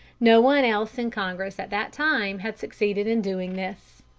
no one else in congress at that time had succeeded in doing this.